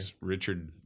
Richard